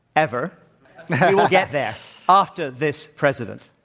ever. you will get there after this president.